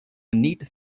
neat